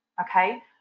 okay